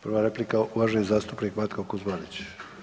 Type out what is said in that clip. Prva replika uvaženi zastupnik Matko Kuzmanić.